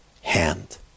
Hand